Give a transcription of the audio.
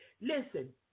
Listen